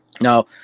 Now